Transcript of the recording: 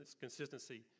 consistency